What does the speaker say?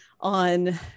on